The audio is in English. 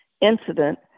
incident